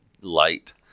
light